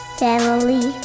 family